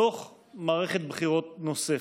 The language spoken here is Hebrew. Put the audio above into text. בתוך מערכת בחירות נוספת.